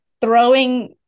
throwing